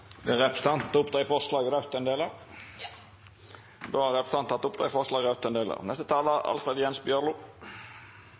vil jeg ta opp de forslagene som Høyre er en del av. Då har representanten Henrik Asheim teke opp dei forslaga som han refererte til.